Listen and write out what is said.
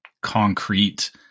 concrete